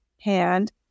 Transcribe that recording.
hand